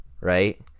Right